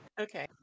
Okay